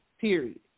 Period